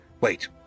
Wait